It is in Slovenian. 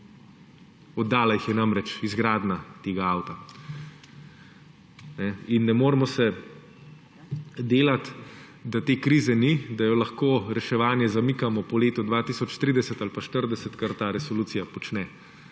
Oddala jih je namreč izgradnja tega avta. In ne moremo se delati, da te krize ni, da lahko reševanje zamikamo po letu 2030 ali pa 2040, kar ta resolucija počne.